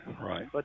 Right